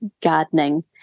gardening